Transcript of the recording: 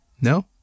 No